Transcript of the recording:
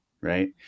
right